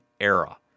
era